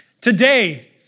Today